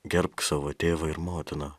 gerbk savo tėvą ir motiną